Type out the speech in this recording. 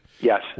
Yes